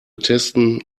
testen